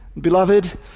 Beloved